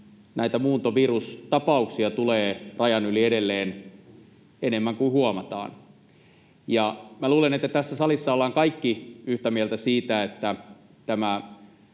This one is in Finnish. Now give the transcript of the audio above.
näitä muuntovirustapauksia tulee rajan yli edelleen enemmän kuin huomataan. Ja minä luulen, että tässä salissa ollaan kaikki yhtä mieltä siitä, että tämä